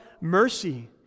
mercy